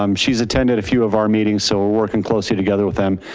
um she's attended a few of our meetings so we're working closely together with them.